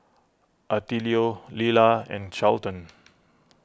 Attilio Lelah and Charlton